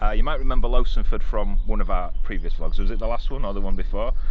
ah you might remember lowsonford from one of our previous vlogs. was it the last one or the one before?